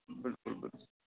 بالکل بالکل